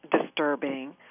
disturbing